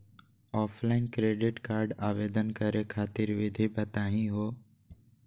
Offline credit card आवेदन करे खातिर विधि बताही हो?